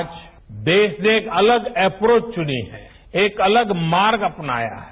आज देश ने एक अलग अप्रोच चुनी है एक अलग मार्ग अपनाया है